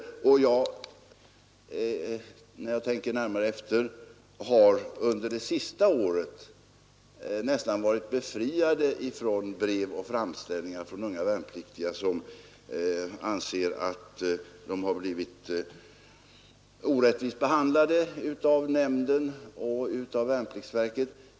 När jag tänker närmare efter, finner jag att jag under det senaste året nästan varit befriad från brev och framställningar från unga värnpliktiga som anser att de har blivit orättvist behandlade av nämnden och värnpliktsverket.